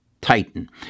titan